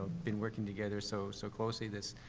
been working together so, so closely this,